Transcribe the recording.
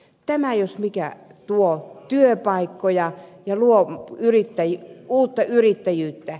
tämä jos mikä tuo työpaikkoja ja luo uutta yrittäjyyttä